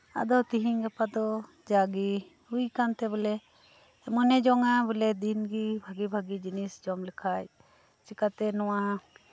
ᱟᱫᱚ ᱛᱮᱦᱤᱧ ᱜᱟᱯᱟ ᱫᱚ ᱡᱟᱜᱮ ᱦᱩᱭ ᱟᱠᱟᱱᱛᱮ ᱵᱚᱞᱮ ᱢᱚᱱᱮ ᱡᱚᱝᱟ ᱫᱤᱱ ᱜᱮ ᱵᱷᱟᱹᱜᱤ ᱵᱷᱟᱹᱜᱤ ᱡᱤᱱᱤᱥ ᱡᱚᱢ ᱞᱮᱠᱷᱟᱱ ᱪᱤᱠᱟᱹᱛᱮ ᱱᱚᱶᱟ